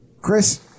Chris